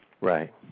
Right